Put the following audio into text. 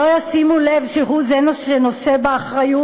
לא ישימו לב שהוא זה שנושא באחריות